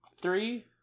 Three